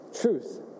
Truth